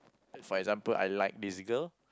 for example I like this girl